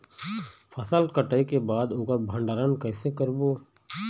फसल कटाई के बाद ओकर भंडारण कइसे करबो?